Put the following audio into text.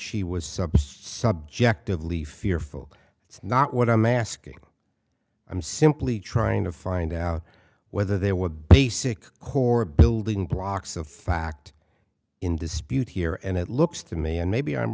she was sub subjectively fearful it's not what i'm asking i'm simply trying to find out whether there were a basic core building blocks of fact in dispute here and it looks to me and maybe i'm